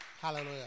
Hallelujah